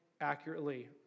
accurately